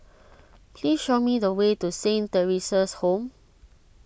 please show me the way to Saint theresa's Home